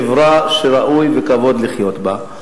חברה שראוי וכבוד לחיות בה,